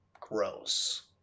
gross